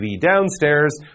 downstairs